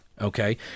Okay